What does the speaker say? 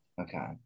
Okay